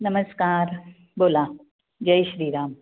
नमस्कार बोला जय श्रीराम